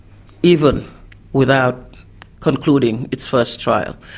even without concluding its first trial.